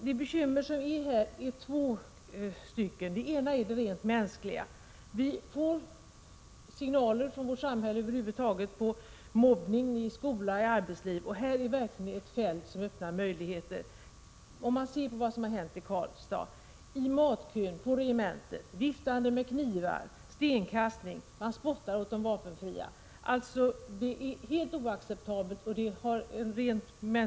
Det aktuella fallet avslöjar två slags bekymmer. Det ena är rent mänskligt. Vi får signaler i vårt samhälle över huvud taget på mobbning i skola och arbetsliv. Här finns ett fält som verkligen öppnar möjligheter till sådant. Se t.ex. på vad som har hänt i Karlstad: viftande med knivar i matkön på regementet, stenkastning, spottande åt de vapenfria. Detta är helt oacceptabelt.